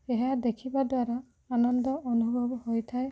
ଏହା ଦେଖିବା ଦ୍ୱାରା ଆନନ୍ଦ ଅନୁଭବ ହେଇଥାଏ